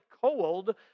cold